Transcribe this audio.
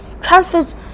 transfers